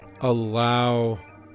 allow